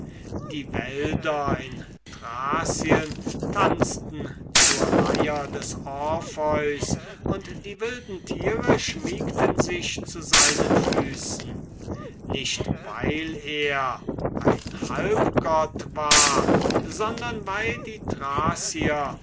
die wälder in thracien tanzten zur leier des orpheus und die wilden tiere schmiegten sich zu seinen füßen nicht weil er ein halbgott war sondern weil die thracier